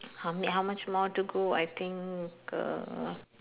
how many how much more to go I think uh